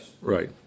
right